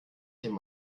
dem